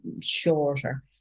shorter